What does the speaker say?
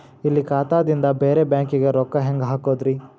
ಇಲ್ಲಿ ಖಾತಾದಿಂದ ಬೇರೆ ಬ್ಯಾಂಕಿಗೆ ರೊಕ್ಕ ಹೆಂಗ್ ಹಾಕೋದ್ರಿ?